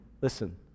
listen